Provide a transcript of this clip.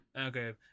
Okay